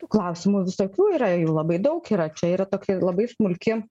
klausimų visokių yra ir jų labai daug yra čia yra tokia labai smulki